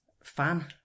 fan